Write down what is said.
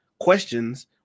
questions